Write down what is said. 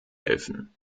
helfen